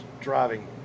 driving